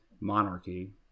Monarchy